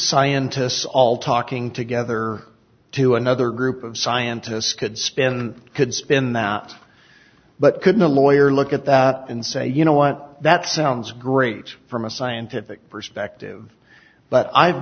scientists all talking together to another group of scientists could spend could spend that but couldn't a lawyer look at that and say you know what that sounds great from a scientific perspective but i've